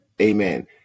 amen